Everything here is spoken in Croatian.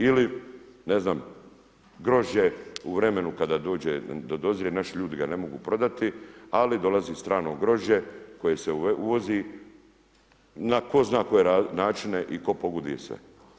Ili ne znam, grožđe u vremenu kada dozrije, naši ljudi ga ne mogu prodati ali dolazi strano grožđe koje se uvozi na tko zna koje načine i pogoduje se.